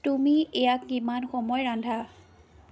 তুমি ইয়াক কিমান সময় ৰান্ধা